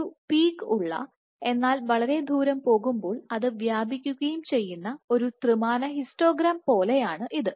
ഒരു പീക്ക്ഉള്ള എന്നാൽവളരെ ദൂരം പോകുമ്പോൾ അത് വ്യാപിക്കുകയും ചെയ്യുന്ന ഒരു ത്രിമാന ഹിസ്റ്റോഗ്രാം പോലെയാണ് ഇത്